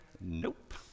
Nope